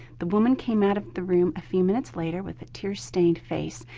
the woman came out of the room a few minutes later with a tear-stained face,